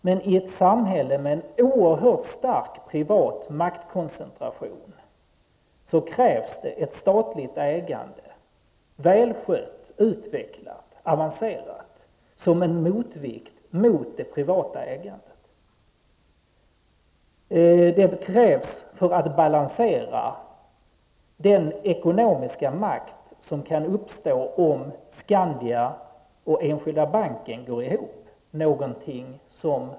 Men i ett samhälle med en oerhört stark privat maktkoncentration krävs det ett statligt ägande, välskött, utvecklat, avancerat, som motvikt till det privata ägandet. Det krävs för att balansera den ekonomiska makt som kan uppstå om Skandia och SE-banken går ihop.